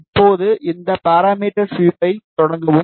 இப்போது இந்த பாராமீட்டர் ஸ்வீப்பைத் தொடங்கவும்